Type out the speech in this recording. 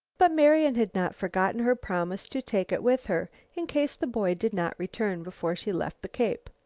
but marian had not forgotten her promise to take it with her in case the boy did not return before she left the cape.